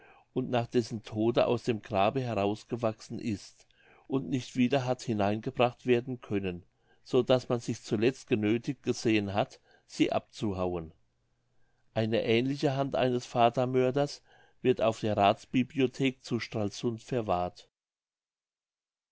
und nach dessen tode aus dem grabe hervorgewachsen ist und nicht wieder hat hinein gebracht werden können so daß man sich zuletzt genöthigt gesehen hat sie abzuhauen eine ähnliche hand eines vatermörders wird auf der rathsbibliothek zu stralsund verwahrt